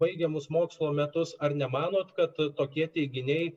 baigiamus mokslo metus ar nemanot kad tokie teiginiai